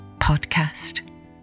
podcast